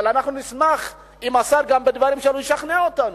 אבל אנחנו נשמח אם השר בדבריו ישכנע אותנו.